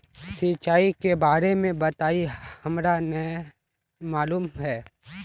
सिंचाई के बारे में बताई हमरा नय मालूम है?